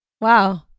Wow